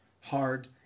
hard